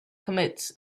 commits